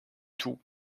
tout